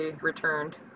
returned